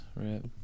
right